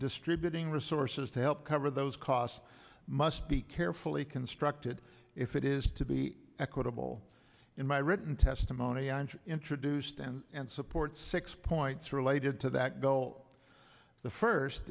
distributing resources to help cover those costs must be carefully constructed if it is to be equitable in my written testimony i introduced and and support six points related to that goal the first